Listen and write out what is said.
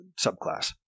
subclass